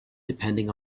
depending